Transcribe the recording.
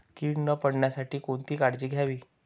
कीड न पडण्यासाठी कोणती काळजी घ्यावी?